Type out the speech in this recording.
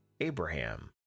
Abraham